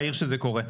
בעיר שזה קורה.